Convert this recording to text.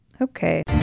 Okay